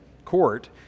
Court